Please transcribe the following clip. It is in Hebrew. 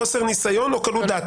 חוסר ניסיון או קלות דעת.